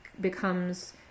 becomes